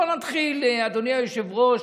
בוא נתחיל, אדוני היושב-ראש,